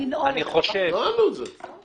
נעלנו את זה.